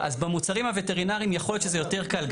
במוצרים הווטרינרים יכול להיות שזה יותר קל.